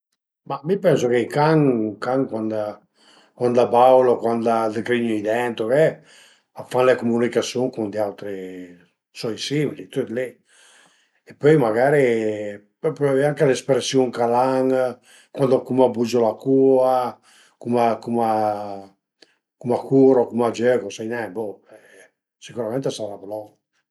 Ma mi pensu che i can i can cuand a baulu o cuand a digrignu i dent o che a fan le cumunicasiun cun i autri soi simili, tüt li, e pöi magari anche l'espresiun ch'al an u da cume a bugiu la cua, cum a cum a cum a curu, cum a giögu, sai nen, sicürament a sërà lon